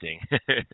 interesting